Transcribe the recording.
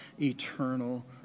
eternal